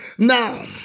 Now